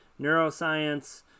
neuroscience